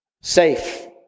safe